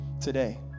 Today